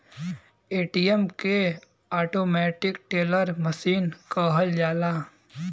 ATM के automatic teller machine कहल जाला